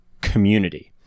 community